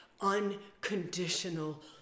unconditional